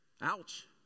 Ouch